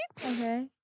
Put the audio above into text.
Okay